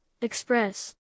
Express